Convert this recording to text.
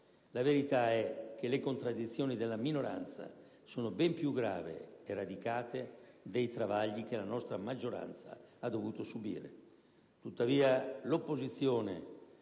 La verità è che le contraddizioni della minoranza sono ben più gravi e radicate dei travagli che la nostra maggioranza ha dovuto subire.